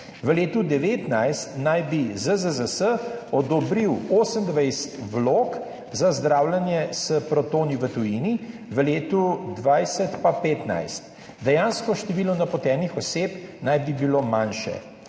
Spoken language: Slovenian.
V letu 2019 naj bi ZZZS odobril 28 vlog za zdravljenje s protoni v tujini, v letu 2020 pa 15. Dejansko število napotenih oseb naj bi bilo manjše.